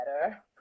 better